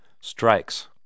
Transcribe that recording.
strikes